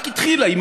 רק התחילה,